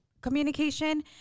communication